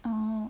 um